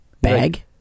bag